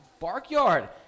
Barkyard